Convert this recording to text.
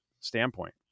standpoint